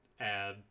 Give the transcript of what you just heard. add